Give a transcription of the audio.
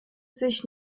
sich